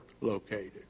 located